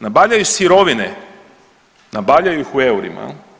Nabavljaju sirovine, nabavljaju ih u eurima.